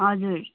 हजुर